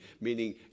meaning